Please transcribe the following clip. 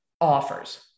offers